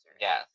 Yes